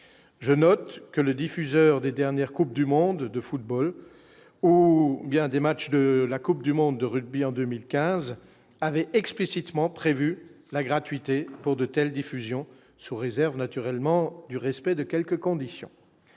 je note que le diffuseur des dernières Coupes du monde de football ou bien des matchs de la Coupe du monde de rugby en 2015 avait explicitement prévu la gratuité pour de telles diffusion sous réserve naturellement du respect de quelques conditions